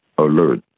alert